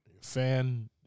Fan